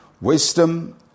wisdom